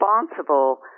responsible